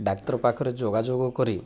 ଡାକ୍ତର ପାଖରେ ଯୋଗାଯୋଗ କରି